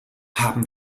haben